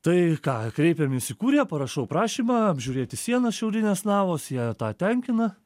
tai ką kreipkiamės į kuriją parašau prašymą apžiūrėti sienas šiaurinės navos tie tą tenkina